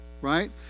right